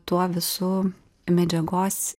tuo visu medžiagos